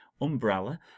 umbrella